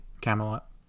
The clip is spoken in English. Camelot